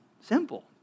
Simple